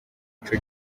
ico